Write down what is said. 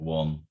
one